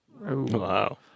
Wow